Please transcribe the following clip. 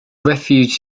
refuge